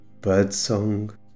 birdsong